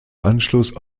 anschluss